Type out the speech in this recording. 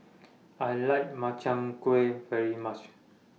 I like Makchang Gui very much